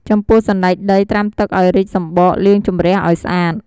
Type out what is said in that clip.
ចំពោះសណ្ដែកដីត្រាំទឹកឱ្យរីកសម្បក លាងជម្រះឱ្យស្អាត។